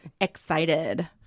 excited